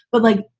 but, like,